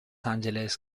angeles